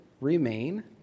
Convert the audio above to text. remain